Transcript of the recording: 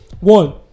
One